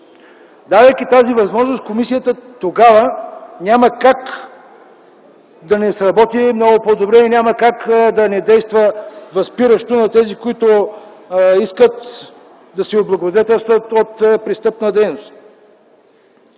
Давайки тази възможност, комисията няма как да не сработи много по добре и няма как да не действа възпиращо на тези, които искат да се облагодетелстват от престъпна дейност.